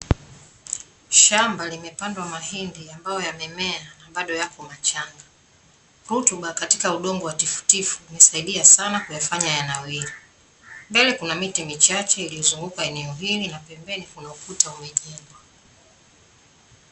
Shamba limepandwa mahindi ambayo yamemea na bado yako machanga. Rutuba katika udongo wa tifutifu umesaidia sana kuyafanya yanawiri. Mbele kuna miti michache iliyozunguka eneo hili na pembeni kuna ukuta umejengwa.